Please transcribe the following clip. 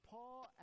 Paul